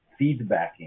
feedbacking